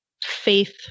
faith